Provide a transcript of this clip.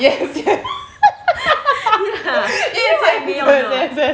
yes yes yes yes yes yes